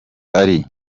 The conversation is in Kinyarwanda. ari